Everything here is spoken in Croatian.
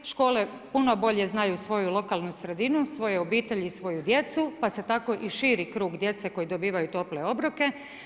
Škole puno bolje znaju svoju lokalnu sredinu, svoje obitelji i svoju djecu, pa se tako i širi krug djece koji dobivaju tople obroke.